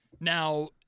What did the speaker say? Now